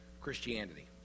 Christianity